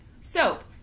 soap